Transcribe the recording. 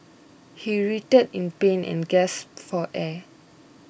he writhed in pain and gasped for air